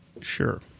Sure